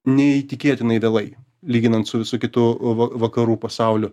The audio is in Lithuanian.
neįtikėtinai vėlai lyginant su visu kitu va vakarų pasauliu